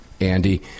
Andy